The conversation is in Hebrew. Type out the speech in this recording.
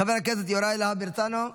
חבר הכנסת יוראי להב הרצנו,